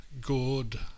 good